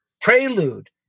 Prelude